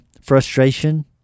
frustration